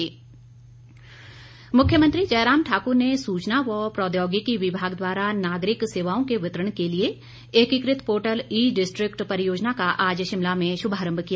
bite V K Singh मुख्यमंत्री मुख्यमंत्री जयराम ठाक्र ने सूचना व प्रौद्योगिकी विभाग द्वारा नागरिक सेवाओं के वितरण के लिए एकीकृत पोर्टल ई डिस्ट्रिक्ट परियोजना का आज शिमला में शुभारंभ किया